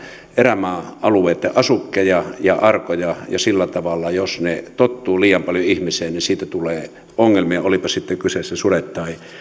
erämaa alueitten asukkeja ja arkoja ja sillä tavalla jos ne tottuvat liian paljon ihmiseen niin siitä tulee ongelmia olivatpa sitten kyseessä sudet tai